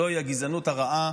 זוהי הגזענות הרעה